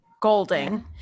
golding